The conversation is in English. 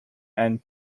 and